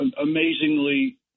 amazingly